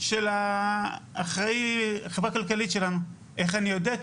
של האחראי החברה הכלכלית שלנו ואיך אני יודע את זה?